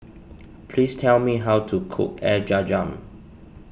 please tell me how to cook Air Zam Zam